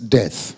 death